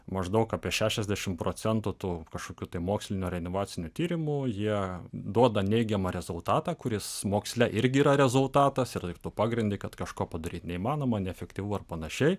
maždaug apie šešiasdešim procentų tų kažkokių tai mokslinių ar inovacinių tyrimų jie duoda neigiamą rezultatą kuris moksle irgi yra rezultatas ir pagrindi kad kažko padaryti neįmanoma neefektyvu ar panašiai